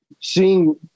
seeing